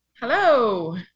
Hello